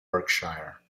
berkshire